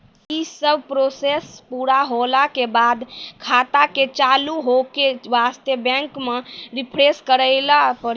यी सब प्रोसेस पुरा होला के बाद खाता के चालू हो के वास्ते बैंक मे रिफ्रेश करैला पड़ी?